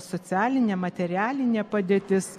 socialinė materialinė padėtis